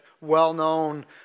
well-known